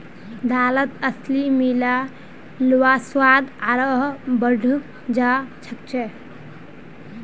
दालत अलसी मिला ल स्वाद आरोह बढ़ जा छेक